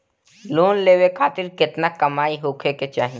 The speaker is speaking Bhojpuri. लोन लेवे खातिर केतना कमाई होखे के चाही?